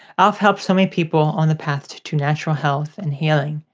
i've helped so many people on the path to to natural health and healing,